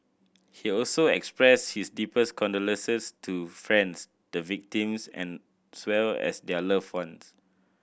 he also expressed his deepest condolences to France the victims as well as their loved ones